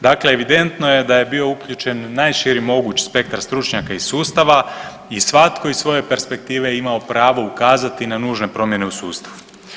Dakle, evidentno je da je bio uključen i najširi moguć spektar stručnjaka iz sustava i svatko iz svoje perspektive je imao pravo ukazati na nužne promjene u sustavu.